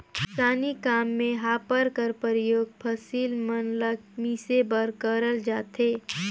किसानी काम मे हापर कर परियोग फसिल मन ल मिसे बर करल जाथे